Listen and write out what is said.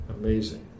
Amazing